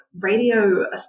radio